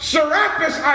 Serapis